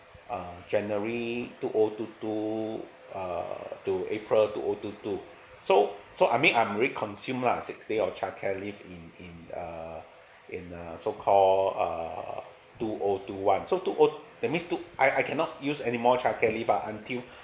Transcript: uh january two O two two uh to april two O two two so so I mean I'm already consumed lah six days of childcare leave in in uh in a so called err two O two one so two O that means two I I cannot use anymore childcare leave ah until